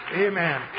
Amen